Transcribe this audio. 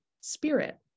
spirit